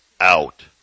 out